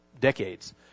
Decades